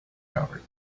covered